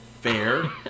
fair